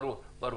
ברור.